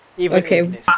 Okay